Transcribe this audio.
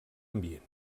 ambient